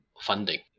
Funding